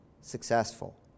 successful